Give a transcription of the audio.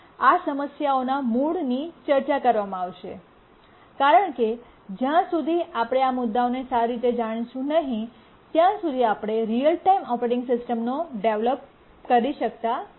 આ સમસ્યાઓના મૂળની ચર્ચા કરવામાં આવશે કારણ કે જ્યાં સુધી આપણે આ મુદ્દાઓને સારી રીતે જાણીશું નહીં ત્યાં સુધી આપણે રીઅલ ટાઇમ ઓપરેટિંગ સિસ્ટમનો ડેવેલોપ કરી શકતા નથી